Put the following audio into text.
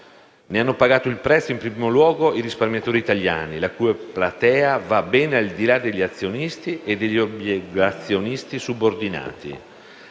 Ne hanno pagato il prezzo in primo luogo i risparmiatori italiani, la cui platea va ben al di là degli azionisti e degli obbligazionisti subordinati.